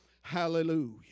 Hallelujah